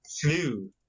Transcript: flew